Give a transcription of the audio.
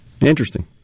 Interesting